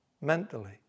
mentally